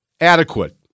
Adequate